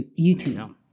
youtube